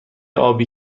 آبی